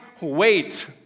wait